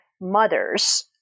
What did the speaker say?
mothers